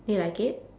do you like it